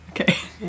Okay